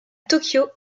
tokyo